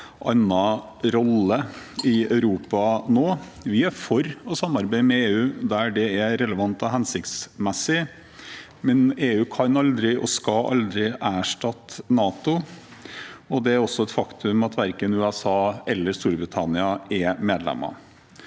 Vi er for å samarbeide med EU der det er relevant og hensiktsmessig, men EU kan aldri og skal aldri erstatte NATO. Det er også et faktum at verken USA eller Storbritannia er medlemmer.